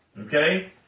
Okay